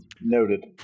Noted